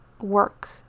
work